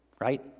Right